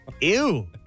ew